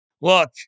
Look